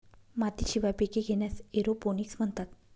मातीशिवाय पिके घेण्यास एरोपोनिक्स म्हणतात